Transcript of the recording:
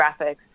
graphics